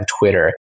Twitter